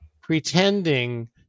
pretending